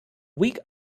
weak